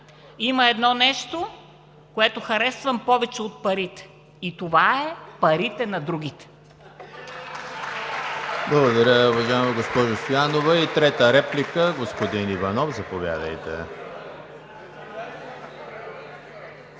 „Има едно нещо, което харесвам повече от парите и това е парите на другите“.